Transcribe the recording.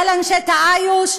על אנשי תעאיוש.